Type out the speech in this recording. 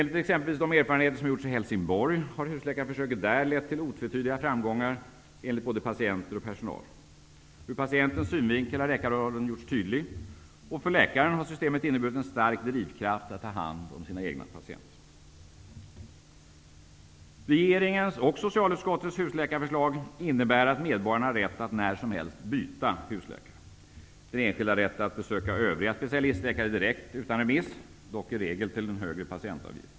I exempelvis Helsingborg har husläkarförsöket, enligt både patienter och personal, lett till otvetydiga framgångar. Ur patientens synvinkel har läkarrollen gjorts tydlig, och för läkaren har systemet innneburit en stark drivkraft att ta hand om sina egna patienter. Regeringens och socialutskottets husläkarförslag innebär att medborgarna har rätt att när som helst byta husläkare. Den enskilde har rätt att besöka övriga specialistläkare direkt utan remiss, dock i regel till en högre patientavgift.